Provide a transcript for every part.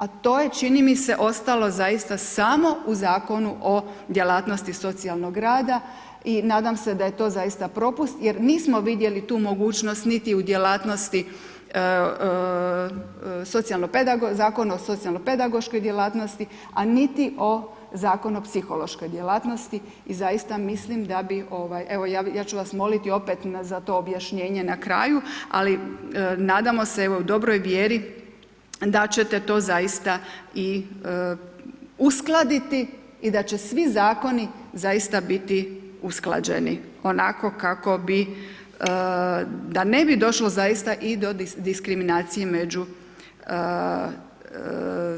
A to je čini mi se, ostalo zaista samo u Zakonu o djelatnosti socijalnog rada, i nadam se da je to zaista propust, jer nismo vidjeli tu mogućnost niti u djelatnosti Zakona o socijalno-pedagoškoj djelatnosti, a niti o Zakon o psihološkoj djelatnosti, i zaista mislim da bi, ovaj, evo ja ću vas moliti opet za to objašnjenje na kraju, ali nadamo se, evo u dobroj vjeri, da će te to zaista i uskladiti, i da će svi Zakon zaista biti usklađeni onako kako bi, da ne bi došlo zaista i do diskriminacije među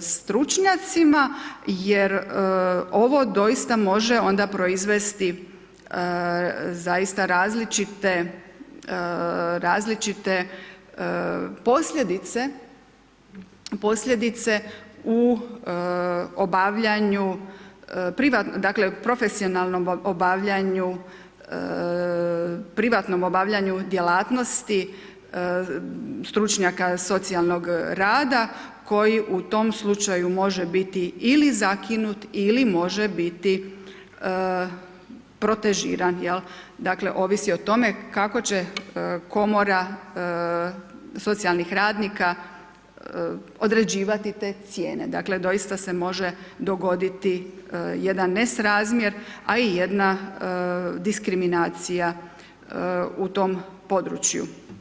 stručnjacima, jer ovo doista može onda proizvesti zaista različite, različite posljedice, posljedice u obavljanju, dakle profesionalnom obavljanju, privatnom obavljanju djelatnosti stručnjaka socijalnog rada koji u tom slučaju može biti ili zakinut, ili može biti protežiran, jel', dakle, ovisi o tome kako će Komora socijalnih radnika određivati te cijene, dakle doista se može dogoditi jedan nesrazmjer, a i jedna diskriminacija u tom području.